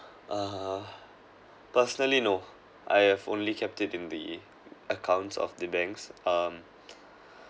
uh personally no I have only kept it in the accounts of the banks um